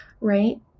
right